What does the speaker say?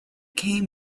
came